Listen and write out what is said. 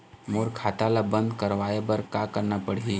मोर खाता ला बंद करवाए बर का करना पड़ही?